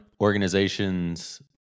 organizations